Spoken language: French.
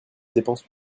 dépense